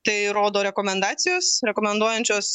tai rodo rekomendacijos rekomenduojančios